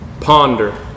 ponder